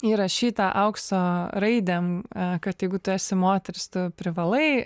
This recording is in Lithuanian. įrašyta aukso raidėm kad jeigu tu esi moteris tu privalai